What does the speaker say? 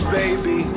baby